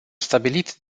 stabilit